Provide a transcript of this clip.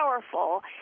powerful